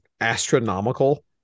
astronomical